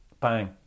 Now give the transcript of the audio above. Bang